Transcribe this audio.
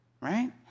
right